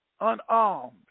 unarmed